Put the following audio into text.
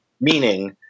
meaning